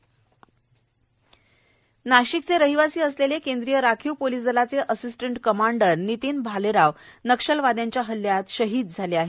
वीरमरण नाशिकचे रहिवासी असलेले केंद्रीय राखीव पोलीस दलाचे असिस्टंट कमांडर नितीन भालेराव नक्षलवाद्यांच्या हल्ल्यात शहीद झाले आहेत